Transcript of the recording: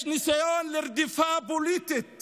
יש ניסיון לרדיפה פוליטית